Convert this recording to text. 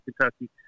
Kentucky